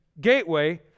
gateway